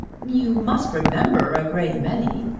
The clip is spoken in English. you must remember a great many.